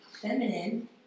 Feminine